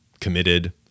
committed